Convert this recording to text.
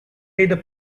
either